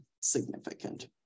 significant